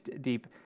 deep